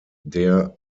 der